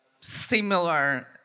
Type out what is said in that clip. similar